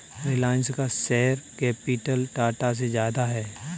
रिलायंस का share capital Tata से ज्यादा है